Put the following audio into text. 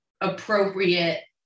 appropriate